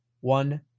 one